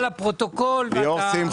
מה שיקרה זה שיום אחד